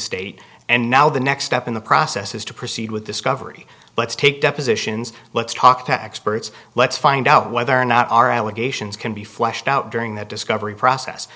state and now the next step in the process is to proceed with discovery let's take depositions let's talk to experts let's find out whether or not our allegations can be fleshed out during that discovery process